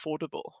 affordable